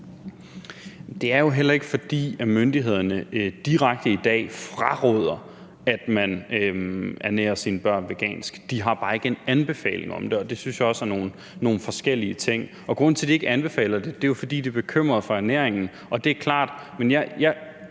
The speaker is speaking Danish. Det er jo heller ikke, fordi myndighederne i dag direkte fraråder, at man ernærer sine børn vegansk. De har bare ikke en anbefaling om det, og det synes jeg også er nogle forskellige ting. Og grunden til, at de ikke anbefaler det, er jo, at de er bekymrede for ernæringen, og det er klart. Jeg